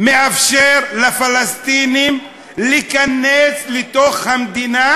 מאפשר לפלסטינים להיכנס לתוך המדינה,